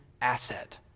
asset